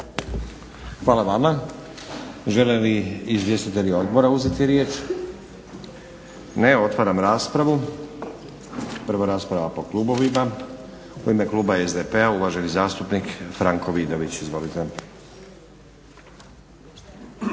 Hvala vama. Žele li izvjestitelji odbora uzeti riječ? Ne. Otvaram raspravu. Prvo rasprava po klubovima. U ime kluba SDP-a uvaženi zastupnik Franko Vidović. Izvolite.